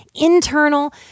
internal